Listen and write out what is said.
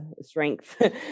strength